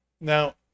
Now